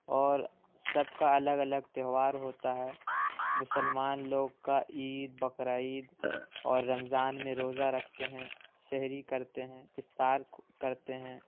اور سب کا الگ الگ تہوار ہوتا ہے مسلمان لوگ کا عید بقرعید اور رمضان میں روزہ رکھتے ہیں سحری کرتے ہیں افطار کرتے ہیں